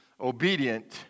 obedient